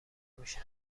میشه